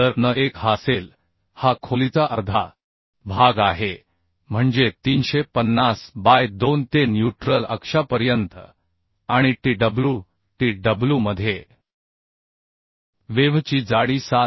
तर n1 हा असेल हा खोलीचा अर्धा भाग आहे म्हणजे 350 बाय 2 ते तटस्थ अक्षापर्यंत आणि twtw मध्ये वेव्हची जाडी 7